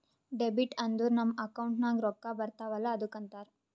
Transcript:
debit ಅಂದುರ್ ನಮ್ account ನಾಗ್ ರೊಕ್ಕಾ ಬರ್ತಾವ ಅಲ್ಲ ಅದ್ದುಕ ಅಂತಾರ್